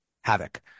havoc